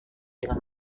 dengan